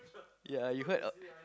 ya you heard